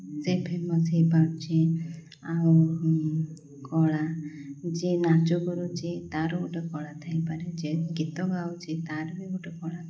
ସେ ଫେମସ୍ ହେଇପାରୁଛି ଆଉ କଳା ଯିଏ ନାଚ କରୁଛି ତାର ଗୋଟେ କଳା ଥାଇପାରେ ଯେ ଗୀତ ଗାଉଛି ତାର ବି ଗୋଟେ କଳା